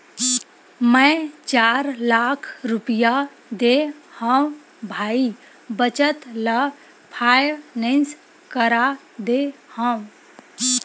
मै चार लाख रुपया देय हव भाई बचत ल फायनेंस करा दे हँव